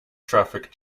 traffic